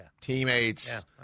Teammates